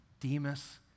Demas